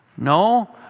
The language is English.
No